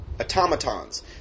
automatons